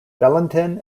valentin